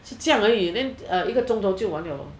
是这样而已然后一个钟头就完了